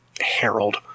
Harold